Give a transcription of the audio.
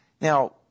Now